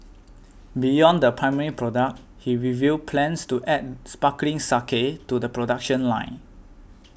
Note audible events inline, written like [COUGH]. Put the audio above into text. beyond the primary product he revealed plans to add sparkling [UNINTELLIGIBLE] to the production line